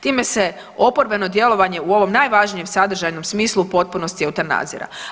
Time se oporbeno djelovanje u ovom najvažnijem sadržajnom smislu u potpunosti eutanazira.